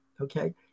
okay